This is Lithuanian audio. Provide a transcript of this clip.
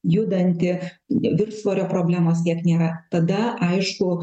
judanti viršsvorio problemos tiek nėra tada aišku